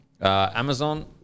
Amazon